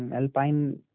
Alpine